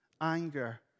anger